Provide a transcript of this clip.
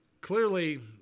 clearly